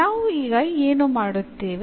ನಾವು ಈಗ ಏನು ಮಾಡುತ್ತೇವೆ